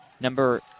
number